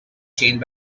changed